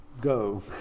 go